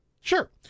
Sure